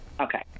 Okay